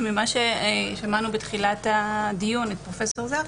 וממה ששמענו בתחילת הדיון אצל פרופ' זרקא,